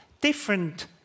different